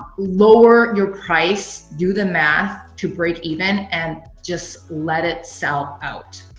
lower your price, do the math to break even, and just let it sell out.